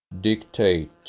Dictate